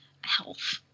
health